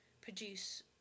produce